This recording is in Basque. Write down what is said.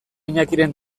iñakiren